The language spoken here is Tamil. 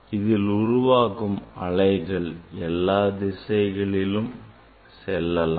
இதில் உருவாகும் அலைகள் எல்லா திசைகளிலும் செல்லலாம்